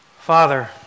Father